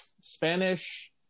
Spanish